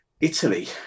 Italy